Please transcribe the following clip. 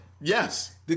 Yes